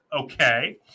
Okay